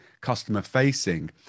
customer-facing